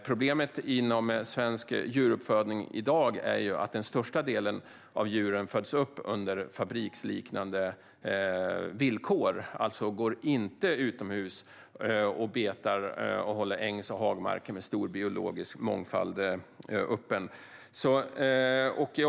Problemet inom svensk djuruppfödning i dag är att den största delen av djuren föds upp under fabriksliknande förhållanden och alltså inte går utomhus och betar och håller ängs och hagmarker med stor biologisk mångfald öppna.